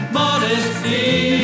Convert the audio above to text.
modesty